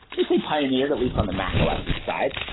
let's say, pioneered at least on the mac os side.